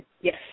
Yes